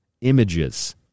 images